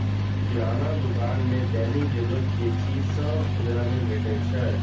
किराना दोकान मे दैनिक जरूरत के चीज सभ खुदरा मे भेटै छै